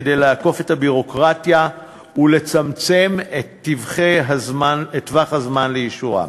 כדי לעקוף את הביורוקרטיה ולצמצם את טווח הזמן לאישורן.